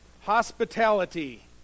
hospitality